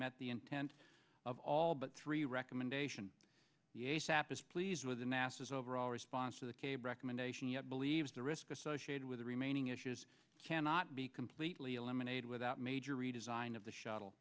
met the intent of all but three recommendation the asap is pleased with the nasa is overall response to the cape recommendation yet believes the risk associated with the remaining issues cannot be completely eliminated without major redesign of the shuttle